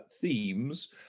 Themes